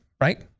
right